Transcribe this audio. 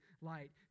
light